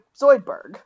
Zoidberg